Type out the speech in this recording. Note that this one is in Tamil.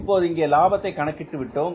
இப்போது இங்கே லாபத்தை கணக்கிட்டு விட்டோம்